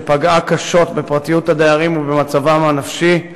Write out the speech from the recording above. שפגעה קשות בפרטיות הדיירים ובמצבם הנפשי,